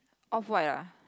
off white uh